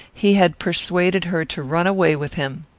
he had persuaded her to run away with him.